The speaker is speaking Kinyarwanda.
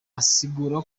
asigura